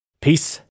Peace